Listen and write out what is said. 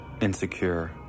insecure